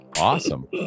Awesome